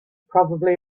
probably